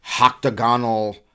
octagonal